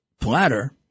platter